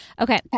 Okay